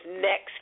next